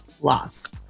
Lots